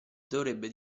dovrebbe